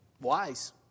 wise